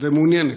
ומעוניינת,